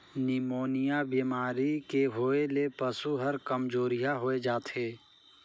pneumonia बेमारी के होय ले पसु हर कामजोरिहा होय जाथे